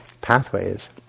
pathways